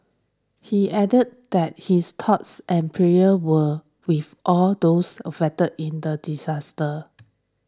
he added that his thoughts and prayers were with all those affected in the disaster